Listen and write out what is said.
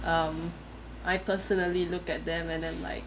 um I personally look at them and I'm like